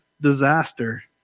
disaster